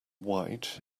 white